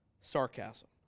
Sarcasm